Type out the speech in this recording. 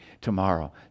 tomorrow